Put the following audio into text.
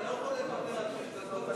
אתה לא יכול לוותר על שש דקות,